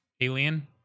Alien